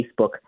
Facebook